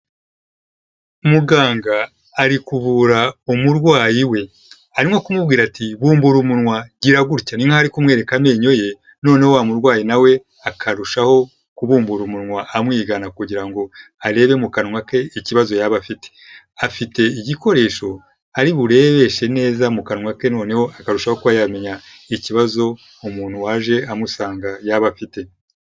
Muganga ari kuvura umurwayi we, arimo kumubwira ati|:'' Bumbura umunwa gira gutya.'' Ni nk'aho ari kumwereka amenyo ye noneho wamurwayi nawe akarushaho kubumbura umunwa amwigana kugira ngo arebe mu kanwa ke ikibazo yaba afite, afite igikoresho ari burebeshe neza mu kanwa ke noneho akarushaho kuba yamenya ikibazo umuntu waje amusanga yaba afite.